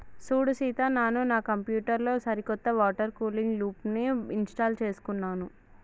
సూడు సీత నాను నా కంప్యూటర్ లో సరికొత్త వాటర్ కూలింగ్ లూప్ని ఇంస్టాల్ చేసుకున్నాను